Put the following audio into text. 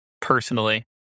personally